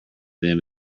them